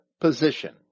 position